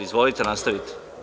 Izvolite, nastavite.